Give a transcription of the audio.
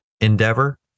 endeavor